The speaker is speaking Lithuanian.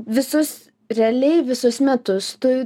visus realiai visus metus tu